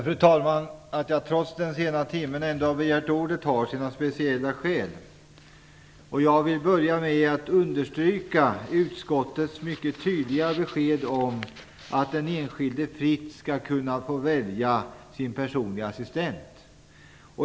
Fru talman! Att jag trots den sena timmen har begärt ordet har sina speciella skäl. Jag vill börja med att understryka utskottets tydliga besked om att den enskilde fritt skall kunna få välja sin personliga assistent.